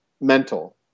mental